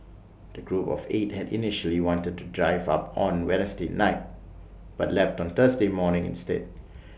the group of eight had initially wanted to drive up on Wednesday night but left on Thursday morning instead